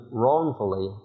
wrongfully